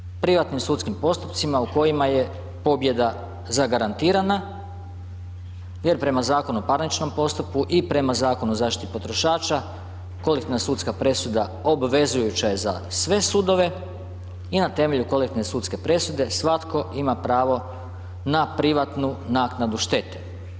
Radi se o privatnim sudskim postupcima u kojima je pobjeda zagarantirana jer prema Zakonu o parničnom postupku i prema Zakonu o zaštiti potrošača, kolektivna sudska presuda obvezujuća je za sve sudove i na temelju kolektivne sudske presude svatko ima pravo na privatnu naknadu štete.